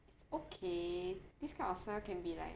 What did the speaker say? it's okay this kind of smell can be like